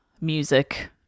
music